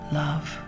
love